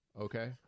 okay